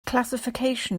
classification